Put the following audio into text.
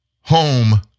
home